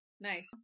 Nice